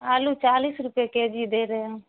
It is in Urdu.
آلو چالیس روپئے کے جی دے رہے ہیں